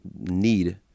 need